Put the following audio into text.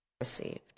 Received